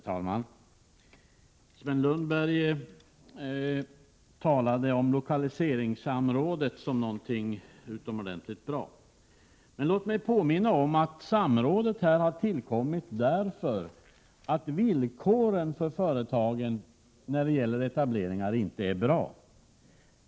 Herr talman! Sven Lundberg talade om lokaliseringssamrådet som någonting utomordentligt bra. Låt mig då påminna om att samrådet har tillkommit på grund av att villkoren för företagen när det gäller etableringar inte är bra.